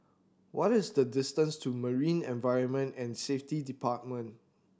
what is the distance to Marine Environment and Safety Department